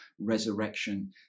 Resurrection